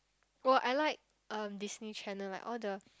oh I like uh Disney channel like all the